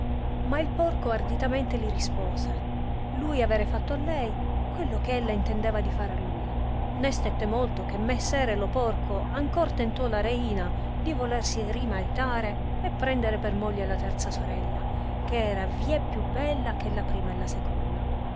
ma il porco arditamente li rispose lui avere fatto a lei quello che ella intendeva di fare a lui né stette molto che messere lo porco ancor tentò la reina di volersi rimaritare e prendere per moglie la terza sorella che era vie più bella che la prima e la seconda